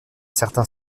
certain